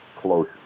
close